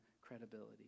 credibility